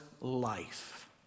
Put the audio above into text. life